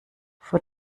vor